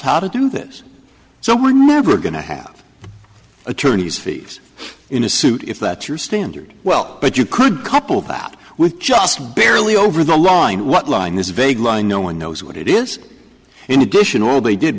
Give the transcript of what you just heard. how to do this so we're never going to have attorneys fees in a suit if that's your standard well but you could couple that with just barely over the line what line is vague line no one knows what it is in addition all they did